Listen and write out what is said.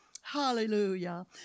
hallelujah